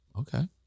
Okay